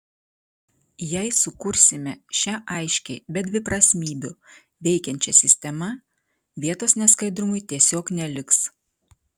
jei sukursime šią aiškiai be dviprasmybių veikiančią sistemą vietos neskaidrumui tiesiog neliks